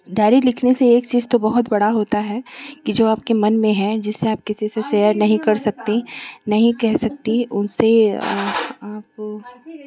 diary लिखने से एक चीज़ तो बहुत बड़ा होता है कि जो आपके मन में है जिससे आप किसी से शेयर नहीं कर सकती नहीं कह सकती उनसे आपको भाई जी